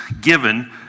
given